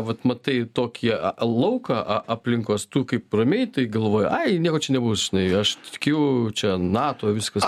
vat matai tokį lauką a aplinkos tu kaip ramiai tai galvoji ai nieko čia nebus žinai aš tikiu čia nato viskas